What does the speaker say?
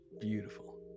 beautiful